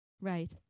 Right